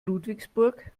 ludwigsburg